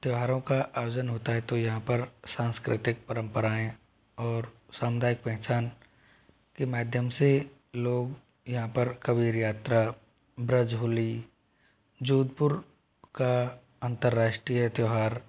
त्यौहारों का आयोजन होता है तो यहाँ पर सांस्कृतिक परम्पराएँ और सामुदायिक पहचान के माध्यम से लोग यहाँ पर कबीर यात्रा ब्रज होली जोधपुर का अंतर्राष्ट्रीय त्यौहार